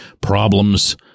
problems